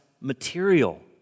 material